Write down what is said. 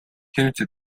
hiljuti